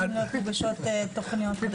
יוגשו התוכניות?